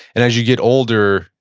and as you get older,